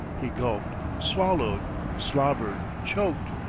he gulped, swallowed, slobbered, choked,